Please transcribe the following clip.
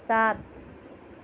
سات